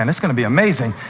and it's going to be amazing.